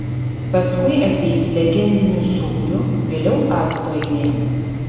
paskui ateis legendinių sūrių vėliau acto eilė